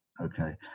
okay